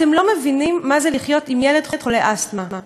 אתם לא מבינים מה זה לחיות עם ילד חולה אסתמה,